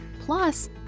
plus